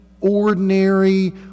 ordinary